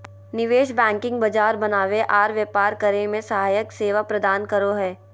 निवेश बैंकिंग बाजार बनावे आर व्यापार करे मे सहायक सेवा प्रदान करो हय